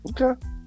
Okay